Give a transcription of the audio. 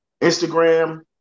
Instagram